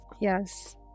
Yes